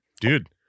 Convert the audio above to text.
dude